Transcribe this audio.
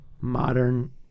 modern